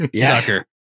Sucker